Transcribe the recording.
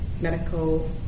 medical